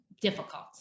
difficult